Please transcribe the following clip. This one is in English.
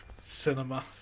cinema